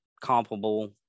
comparable